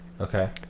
okay